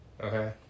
Okay